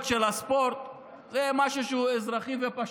של הספורט זה משהו שהוא אזרחי ופשוט,